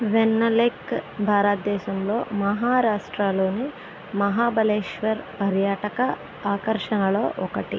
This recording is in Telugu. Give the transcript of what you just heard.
వెన్నాలేక్ భారతదేశంలో మహారాష్ట్రలోని మహాబలేశ్వర్ పర్యాటక ఆకర్షణలలో ఒకటి